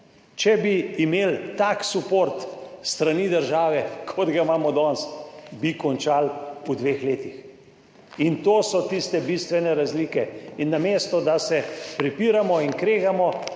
Če bi imeli tak suport s strani države kot ga imamo danes, bi končali v 2 letih. In to so tiste bistvene razlike. In namesto, da se prepiramo in kregamo,